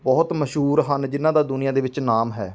ਬਹੁਤ ਮਸ਼ਹੂਰ ਹਨ ਜਿਨ੍ਹਾਂ ਦਾ ਦੁਨੀਆਂ ਦੇ ਵਿੱਚ ਨਾਮ ਹੈ